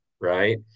Right